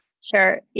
Sure